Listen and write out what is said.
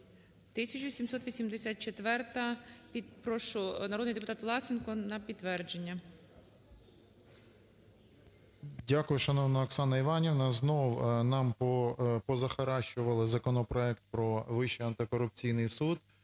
1784-а. Прошу, народний депутат Власенко, на підтвердження. 13:10:47 ВЛАСЕНКО С.В. Дякую, шановна Оксана Іванівна! Знову нам позахаращували законопроект про Вищий антикорупційний суд